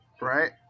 right